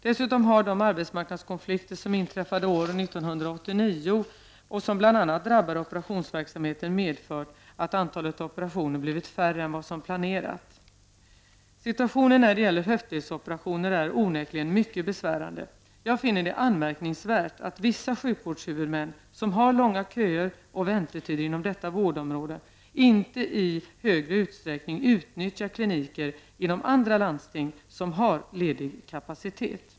Dessutom har de arbetsmarknadskonflikter som inträffade år 1989 och som bl.a. drabbade operationsverksamheten medfört att antalet operationer blivit mindre än vad som var planerat. Situationen när det gäller höftledsoperationer är onekligen mycket besvärande. Jag finner det anmärkningsvärt att vissa sjukvårdshuvudmän som har långa köer och väntetider inom detta vårdområde inte i högre utsträckning utnyttjar kliniker inom andra landsting som har ledig kapacitet.